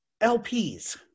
LPs